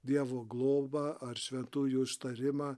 dievo globą ar šventųjų ištarimą